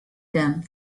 them